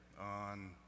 on